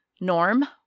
norm